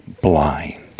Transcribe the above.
blind